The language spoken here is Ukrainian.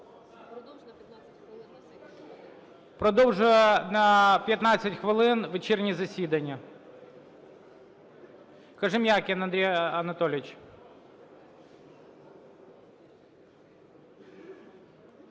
Продовжую на 15 хвилин вечірнє засідання.